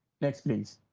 next please.